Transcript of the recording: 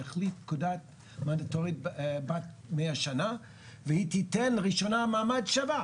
שיחליף פקודה מנדטורית בת מאה שנה והיא תיתן לראשונה מעמד שווה.